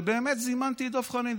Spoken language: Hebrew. ובאמת זימנתי את דב חנין,